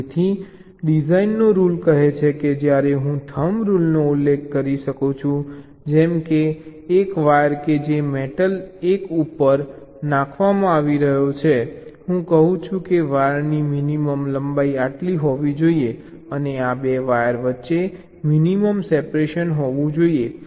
તેથી ડિઝાઈનનો રૂલ કહે છે કે જ્યારે હું થમ્બ રૂલનો ઉલ્લેખ કરી શકું છું જેમ કે એક વાયર કે જે મેટલ એક ઉપર નાખવામાં આવી રહ્યો છે હું કહું છું કે વાયરની મિનિમમ લંબાઈ આટલી હોવી જોઈએ અને આ 2 વાયર વચ્ચે મિનિમમ સેપરેશન હોવું જોઈએ